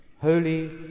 Holy